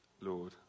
Lord